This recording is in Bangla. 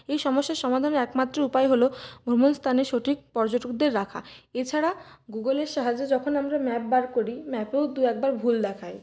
এই সমস্যার সমাধানের একমাত্র উপায় হল ভ্রমণ স্থানে সঠিক পর্যটকদের রাখা এছাড়া গুগলের সাহায্যে যখন আমরা ম্যাপ বার করি ম্যাপেও দু একবার ভুল দেখায়